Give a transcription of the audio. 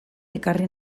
ekarri